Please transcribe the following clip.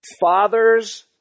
Fathers